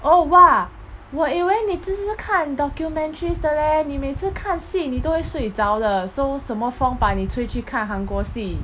oh !wah! 我以为你只是看 documentaries the leh 你每次看戏你都会睡着的 so 什么风把你吹去看韩国戏